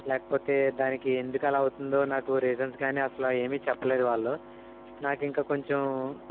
లేకపోతే దానికి ఎందుకు అలా అవుతుందో నాకు రీజన్స్ కానీ అసలు ఏమీ చెప్పలేదు వాళ్ళు నాకు ఇంకా కొంచెం